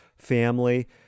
family